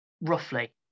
roughly